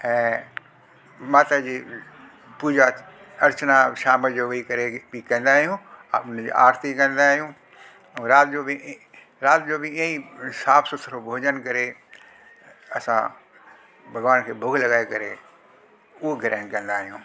ऐं माता जी पूजा अर्चना शाम जो बि करे बि कंदा आहियूं आर्ती कंदा आहियूं ऐं राति जो बि राति जो बि इहे ई साफ़ सुथिरो भोजन करे असां भॻिवान खे भोग लॻाए करे उहो ग्रहण कंदा आहियूं